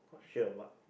sure or not